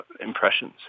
impressions